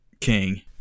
King